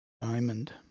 diamond